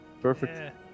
perfect